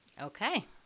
Okay